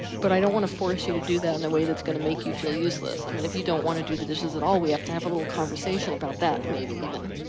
but i don't want to force you to do that in a way that's gonna make you feel useless, i mean, if you don't wanna do the dishes at all, we have to have a little conversation about that, maybe even.